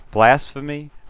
blasphemy